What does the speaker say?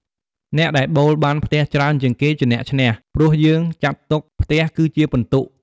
អ្នកដែលប៉ូលបានផ្ទះច្រើនជាងគេជាអ្នកឈ្នះ ព្រោះយើងចាត់ទុកផ្ទះគឺជាពិន្ទុ។